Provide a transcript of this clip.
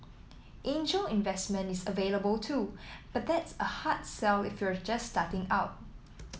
angel investment is available too but that's a hard sell if you're just starting out